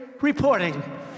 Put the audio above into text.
reporting